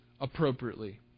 appropriately